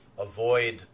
avoid